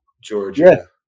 Georgia